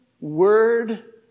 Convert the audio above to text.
word